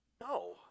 No